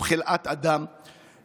לשאלת חברת הכנסת תמנו שטה,